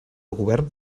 govern